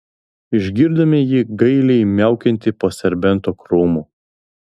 išgirdome jį gailiai miaukiant po serbento krūmu